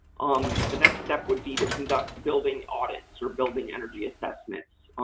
um the next step would be to conduct building audits or building energy assessments.